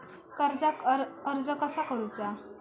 कर्जाक अर्ज कसा करुचा?